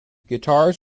guitars